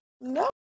No